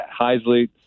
Heisley